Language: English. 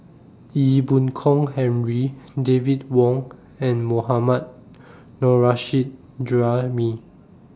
Ee Boon Kong Henry David Wong and Mohammad Nurrasyid Juraimi